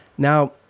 Now